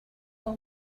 all